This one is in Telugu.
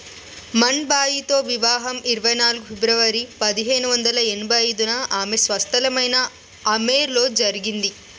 మన్ బాయితో వివాహం ఇరవై నాలుగు ఫిబ్రవరి పదిహేను వందల ఎనభై ఐదున ఆమె స్వస్థలమైన అమెర్లో జరిగింది